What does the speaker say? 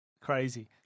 crazy